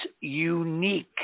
unique